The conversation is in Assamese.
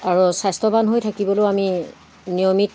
আৰু স্বাস্থ্যৱান হৈ থাকিবলৈও আমি নিয়মিত